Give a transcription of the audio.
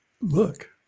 look